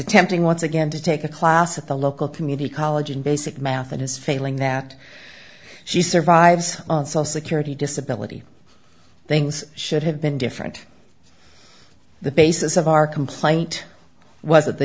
attempting once again to take a class at the local community college in basic math and is failing that she survives on social security disability things should have been different the basis of our complaint was that the